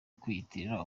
kwiyitirira